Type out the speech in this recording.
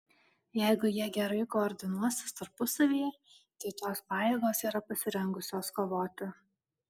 jeigu jie gerai koordinuosis tarpusavyje tai tos pajėgos yra pasirengusios kovoti